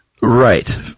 Right